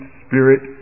spirit